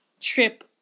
trip